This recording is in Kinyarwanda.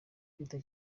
kwita